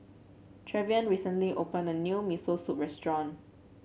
Trevion recently opened a new Miso Soup restaurant